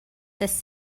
this